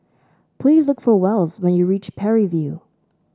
please look for Wells when you reach Parry View